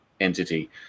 entity